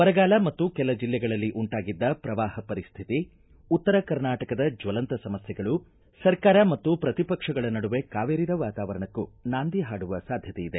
ಬರಗಾಲ ಮತ್ತು ಕೆಲ ಜಿಲ್ಲೆಗಳಲ್ಲಿ ಉಂಟಾಗಿದ್ದ ಪ್ರವಾಹ ಪರಿಸ್ಥಿತಿ ಉತ್ತರ ಕರ್ನಾಟಕದ ಜ್ವಲಂತ ಸಮಸ್ಥೆಗಳು ಸರ್ಕಾರ ಮತ್ತು ಪ್ರತಿ ಪಕ್ಷಗಳ ನಡುವೆ ಕಾವೇರಿದ ವಾತಾವರಣಕ್ಕೂ ನಾಂದಿ ಹಾಡುವ ಸಾಧ್ಯತೆ ಇದೆ